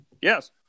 Yes